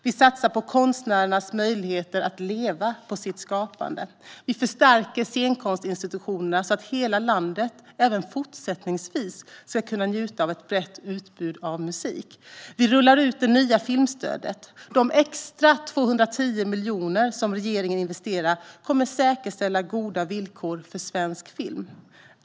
Vi satsar på konstnärernas möjligheter att leva på sitt skapande. Vi förstärker scenkonstinstitutionerna så att hela landet även fortsättningsvis ska kunna njuta av ett brett utbud av musik. Vi rullar ut det nya filmstödet. De extra 210 miljoner som regeringen investerar kommer att säkerställa goda villkor för svensk film.